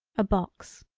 a box.